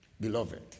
Beloved